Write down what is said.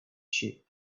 sheep